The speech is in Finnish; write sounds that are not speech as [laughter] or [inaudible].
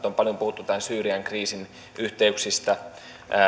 [unintelligible] on paljon puhuttu tämän syyrian kriisin yhteyksistä